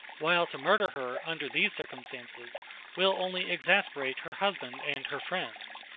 while to murder her under these circumstances will only exasperate her husband and her friends,